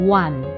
one